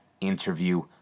interview